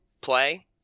play